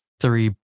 Three